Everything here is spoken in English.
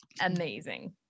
amazing